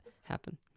happen